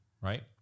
right